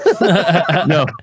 No